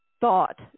thought